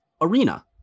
arena